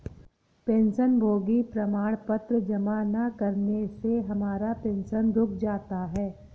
पेंशनभोगी प्रमाण पत्र जमा न करने से हमारा पेंशन रुक जाता है